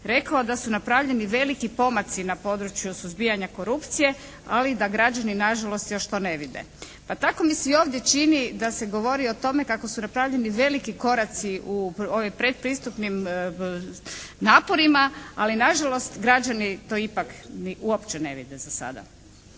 rekao da su napravljeni veliki pomaci na području suzbijanja korupcije, ali da građani nažalost još to ne vide. Pa tako mi se ovdje čini da se govori o tome kako su napravljeni veliki koraci u ovim predpristupnim naporima, ali nažalost građani to ipak uopće ne vide za sada.